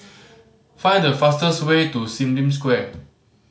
find the fastest way to Sim Lim Square